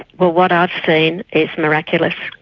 well, what i've seen is miraculous,